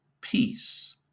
peace